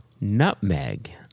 nutmeg